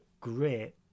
great